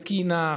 תקינה,